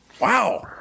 Wow